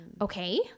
okay